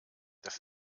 das